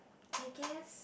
I guess